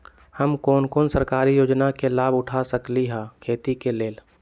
हम कोन कोन सरकारी योजना के लाभ उठा सकली ह खेती के लेल?